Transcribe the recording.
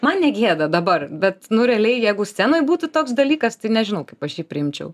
man negėda dabar bet nu realiai jeigu scenoj būtų toks dalykas tai nežinau kaip aš jį priimčiau